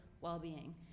well-being